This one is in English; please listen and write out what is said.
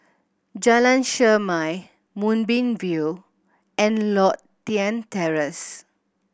Jalan Chermai Moonbeam View and Lothian Terrace